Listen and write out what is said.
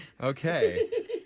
okay